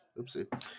Oopsie